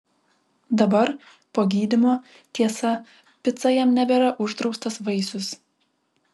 dabar po gydymo tiesa pica jam nebėra uždraustas vaisius